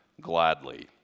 gladly